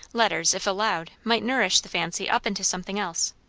letters, if allowed, might nourish the fancy up into something else.